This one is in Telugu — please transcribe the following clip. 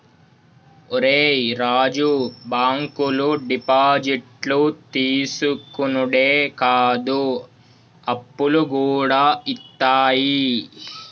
ఒరే రాజూ, బాంకులు డిపాజిట్లు తీసుకునుడే కాదు, అప్పులుగూడ ఇత్తయి